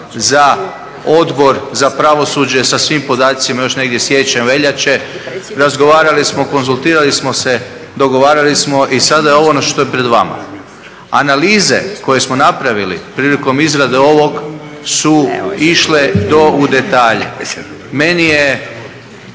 za Odbor za pravosuđe sa svim podacima još negdje siječnja, veljače, razgovarali smo, konzultirali smo se, dogovarali smo i sada je ovo ono što je pred vama. Analize koje smo napravili prilikom izrade ovog su išle do u detalje. Meni je